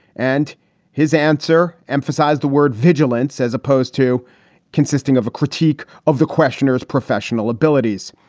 and his answer emphasized the word vigilance, as opposed to consisting of a critique of the questioners professional abilities.